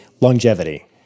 longevity